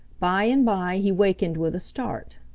by and by he wakened with a start.